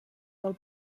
del